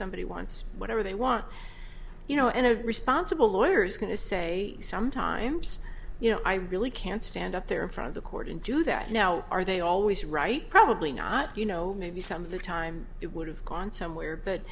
somebody wants whatever they want you know and a responsible lawyer is going to say sometimes you know i really can't stand up there in front of the court into that now are they always right probably not you know maybe some of the time it would have gone somewhere but